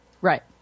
Right